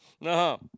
no